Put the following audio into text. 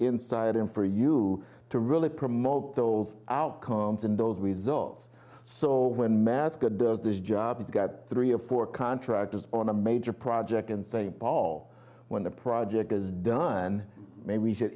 inside and for you to really promote those outcomes and those results so when mascot does this job it's got three or four contractors on a major project in st paul when the project is done maybe we should